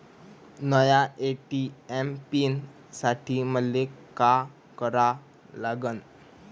नव्या ATM PIN साठी मले का करा लागन?